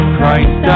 Christ